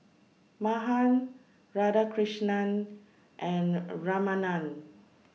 Mahan Radhakrishnan and Ramanand